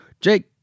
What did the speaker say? Jake